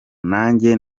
nanjye